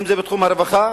אם בתחום הרווחה,